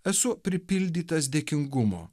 esu pripildytas dėkingumo